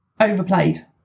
overplayed